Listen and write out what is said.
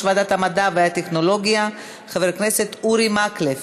ועדת המדע והטכנולוגיה חבר הכנסת אורי מקלב.